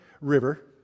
River